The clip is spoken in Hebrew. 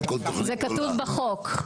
זה כתוב בחוק,